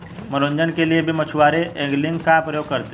मनोरंजन के लिए भी मछुआरे एंगलिंग का प्रयोग करते हैं